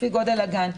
לפי גודל הגן,